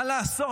מה לעשות?